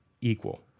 equal